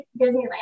Disneyland